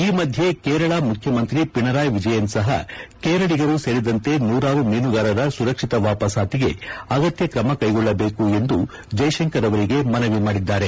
ಈ ಮಧ್ಯೆ ಕೇರಳ ಮುಖ್ಯಮಂತ್ರಿ ಪಿಣರಾಯ್ ವಿಜಯನ್ ಸಹ ಕೇರಳಿಗರು ಸೇರಿದಂತೆ ನೂರಾರು ಮೀನುಗಾರರ ಸುರಕ್ಷಿತ ವಾಪಾಸಾತಿಗೆ ಅಗತ್ಯ ಕ್ರಮಕೈಗೊಳ್ಳಬೇಕು ಎಂದು ಜೈಶಂಕರ್ ಅವರಿಗೆ ಮನವಿ ಮಾಡಿದ್ದಾರೆ